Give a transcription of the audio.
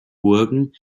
burgen